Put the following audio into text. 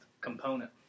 component